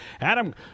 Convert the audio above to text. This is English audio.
Adam